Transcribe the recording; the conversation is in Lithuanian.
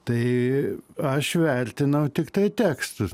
tai aš vertinau tiktai tekstus